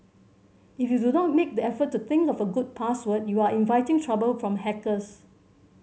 if you do not make the effort to think of a good password you are inviting trouble from hackers